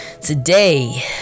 today